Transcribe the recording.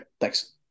thanks